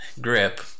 grip